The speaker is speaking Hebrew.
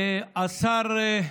והשר,